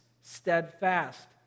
steadfast